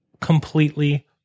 completely